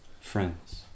friends